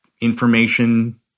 information